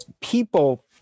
people